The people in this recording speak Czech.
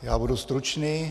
Já budu stručný.